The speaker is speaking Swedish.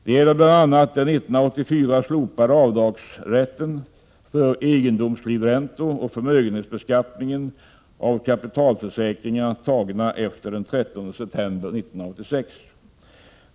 Det gäller bl.a. den 1984 slopade avdragsrätten för egendomslivräntor och förmögenhetsbeskattningen av kapitalförsäkringar tagna efter den 13 september 1986.